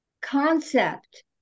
concept